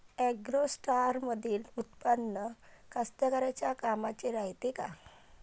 ॲग्रोस्टारमंदील उत्पादन कास्तकाराइच्या कामाचे रायते का?